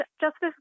Justice